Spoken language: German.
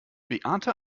beate